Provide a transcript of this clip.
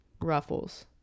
ruffles